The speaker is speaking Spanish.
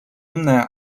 una